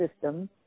system